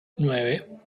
nueve